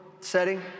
setting